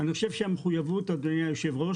אני חושב שהמחויבות, אדוני היושב-ראש,